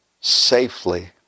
safely